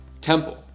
temple